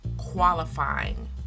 qualifying